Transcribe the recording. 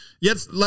Yes